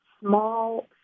small